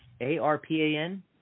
A-R-P-A-N